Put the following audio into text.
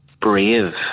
brave